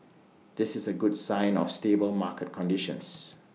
this is A good sign of stable market conditions